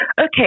Okay